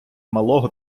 малого